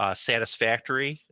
ah satisfactory,